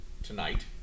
tonight